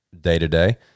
day-to-day